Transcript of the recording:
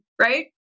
right